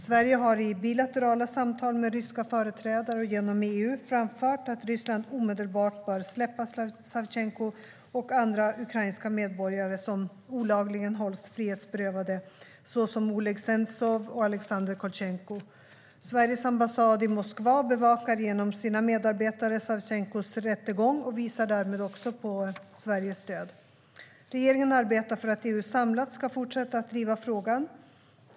Sverige har i bilaterala samtal med ryska företrädare och genom EU framfört att Ryssland omedelbart bör släppa Savtjenko och andra ukrainska medborgare som olagligen hålls frihetsberövade, såsom Oleg Sentsov och Alexander Kolchenko. Sveriges ambassad i Moskva bevakar genom sina medarbetare Savtjenkos rättegång och visar därmed också på Sveriges stöd. Regeringen arbetar för att EU samlat ska fortsätta att driva frågan.